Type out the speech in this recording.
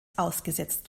ausgesetzt